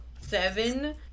seven